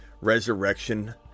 Resurrection